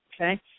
Okay